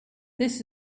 this